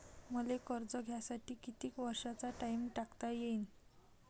मले कर्ज घ्यासाठी कितीक वर्षाचा टाइम टाकता येईन?